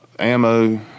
ammo